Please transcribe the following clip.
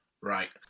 right